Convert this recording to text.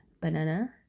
banana